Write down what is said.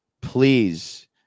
Please